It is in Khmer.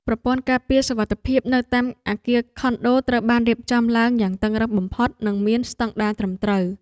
ប្រព័ន្ធការពារសុវត្ថិភាពនៅតាមអគារខុនដូត្រូវបានរៀបចំឡើងយ៉ាងតឹងរ៉ឹងបំផុតនិងមានស្តង់ដារត្រឹមត្រូវ។